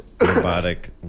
robotic